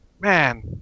man